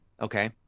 okay